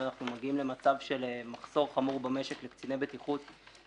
ואנחנו מגיעים למצב של מחסור חמור במשק בקציני בטיחות,